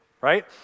right